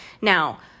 Now